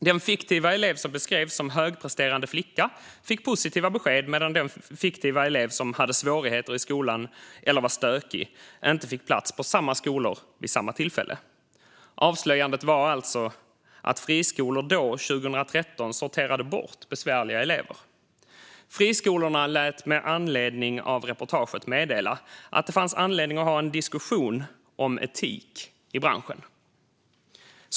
Den fiktiva elev som beskrevs som högpresterande flicka fick positiva besked, men den fiktiva elev som hade svårigheter i skolan eller var stökig fick inte plats på samma skolor vid samma tillfälle. Avslöjandet var alltså att friskolor då, 2013, sorterade bort besvärliga elever. Friskolorna lät med anledning av reportaget meddela att det fanns anledning att ha en diskussion om etik i branschen.